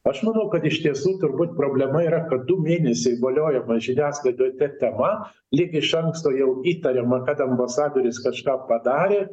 aš manau kad iš tiesų turbūt problema yra kad du mėnesiai voliojama žiniasklaidoj ta tema lyg iš anksto jau įtariama kad ambasadorius kažką padarė